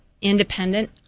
independent